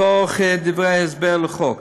מתוך דברי ההסבר לחוק: